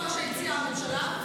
התקופה שהציעה הממשלה,